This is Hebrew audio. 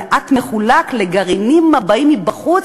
המעט מחולק לגרעינים הבאים מבחוץ,